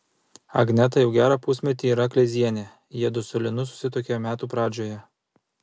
agneta jau gerą pusmetį yra kleizienė jiedu su linu susituokė metų pradžioje